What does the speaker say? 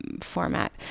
format